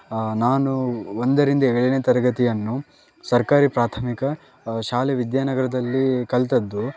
ನಾನು ಒಂದರಿಂದ ಏಳನೇ ತರಗತಿಯನ್ನು ಸರ್ಕಾರಿ ಪ್ರಾಥಮಿಕ ಶಾಲೆ ವಿದ್ಯಾನಗರದಲ್ಲಿ ಕಲಿತದ್ದು